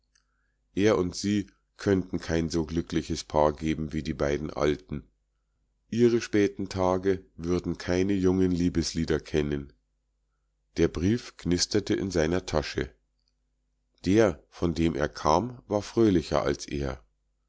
er und sie könnten kein so glückliches paar geben wie die beiden alten ihre späten tage würden keine jungen liebeslieder kennen der brief knisterte in seiner tasche der von dem er kam war fröhlicher als er